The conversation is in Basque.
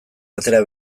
atera